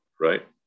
right